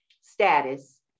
status